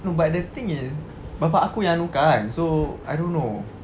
no but the thing is bapa aku yang anuh kan so I don't know